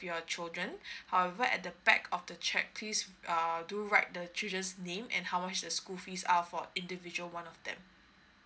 your children however at the back of the cheque please uh do write the children's name and how much is the school fees are for individual one of them